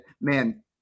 man